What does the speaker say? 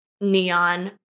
neon